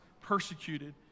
persecuted